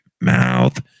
mouth